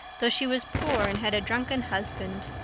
though she was poor and had a drunken husband.